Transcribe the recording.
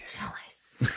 Jealous